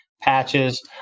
patches